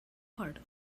part